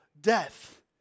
death